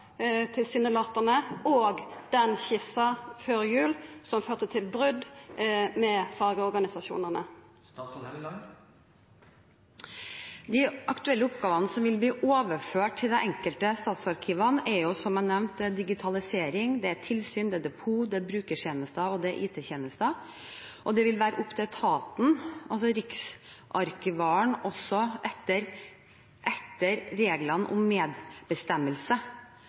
og skissa frå før jul, som førte til brot med fagorganisasjonane? De aktuelle oppgavene som vil bli overført til de enkelte statsarkivene, er som jeg nevnte, digitalisering, tilsyn, depot, brukertjenester og IT-tjenester, og det vil være opp til etaten, altså Riksarkivaren, også etter reglene om medbestemmelse,